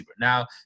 Now